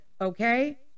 okay